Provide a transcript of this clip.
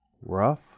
rough